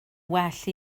well